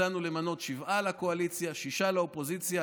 הצענו למנות שבעה לקואליציה, שישה לאופוזיציה.